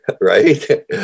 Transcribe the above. Right